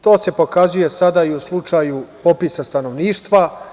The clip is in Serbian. To se pokazuje sada i u slučaju popisa stanovništva.